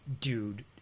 dude